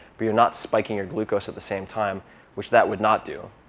but you're not spiking your glucose at the same time which that would not do,